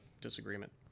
disagreement